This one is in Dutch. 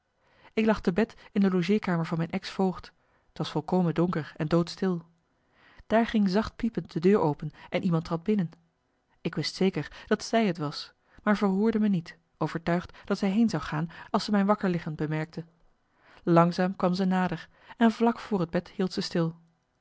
ik lag te bed in de logeerkamer van mijn exvoogd t was volkomen donker en doodstil daar ging zacht piepend de deur open en iemand trad binnen ik wist zeker dat zij t was maar verroerde me niet overtuigd dat zij heen zou gaan als ze mijn wakker liggen bemerkte langzaam kwam ze nader en vlak voor het bed hield ze stil